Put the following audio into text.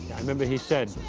remember he said,